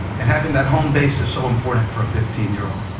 and having that home base is so important for a fifteen year old,